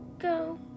Go